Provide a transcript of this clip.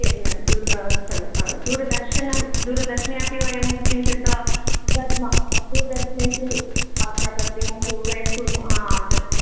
किं दू्र् सोरि दूरदर्शनं दूरदर्शने अपि वयं किञ्चित् दद्मः दूरदर्शनेषु वार्तापत्रिकासु वयं कुर्मः तत्र